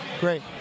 Great